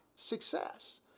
success